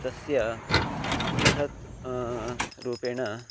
तस्य बृहत् रूपेण